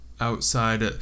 outside